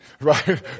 right